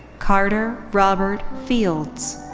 carter robert fields.